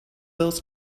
else